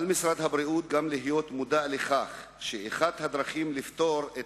על משרד הבריאות גם להיות מודע לכך שאחת הדרכים לפתור את